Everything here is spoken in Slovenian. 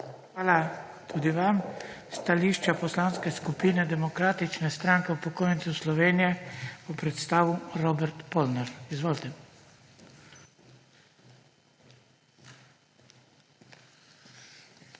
Hvala tudi vam. Stališče Poslanske skupine Demokratične stranke upokojencev Slovenije bo predstavil Robert Polnar. Izvolite. ROBERT